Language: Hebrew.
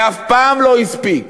זה אף פעם לא הספיק.